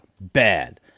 bad